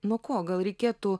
nuo ko gal reikėtų